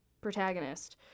protagonist